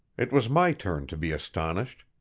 it was my turn to be astonished.